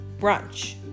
brunch